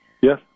Yes